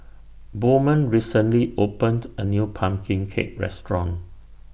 Bowman recently opened A New Pumpkin Cake Restaurant